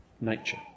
nature